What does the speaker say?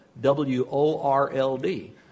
W-O-R-L-D